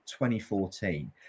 2014